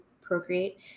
Procreate